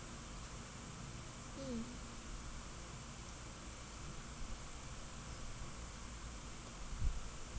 mm